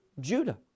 Judah